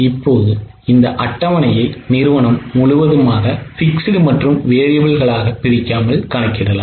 இப்போது இந்த அட்டவணையை நிறுவனம் முழுவதுமாக fixed மற்றும் variableகளாக பிரிக்காமல் கணக்கிடலாம்